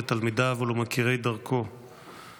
לתלמידיו ולמוקירי דרכו